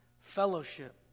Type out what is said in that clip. fellowship